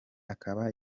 akaba